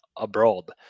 abroad